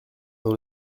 dans